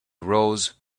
rose